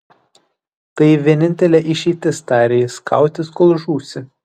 tai vienintelė išeitis tarė jis kautis kol žūsi